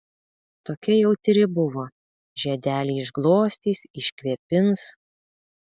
tokia jautri buvo žiedelį išglostys iškvėpins